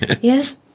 Yes